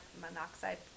monoxide